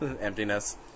emptiness